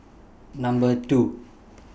Number two